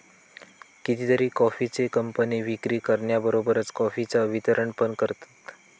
कितीतरी कॉफीचे कंपने विक्री करण्याबरोबरच कॉफीचा वितरण पण करतत